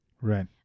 Right